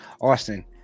austin